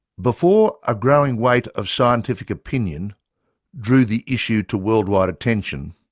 before a growing weight of scientific opinion drew the issue to worldwide attention,